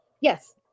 Yes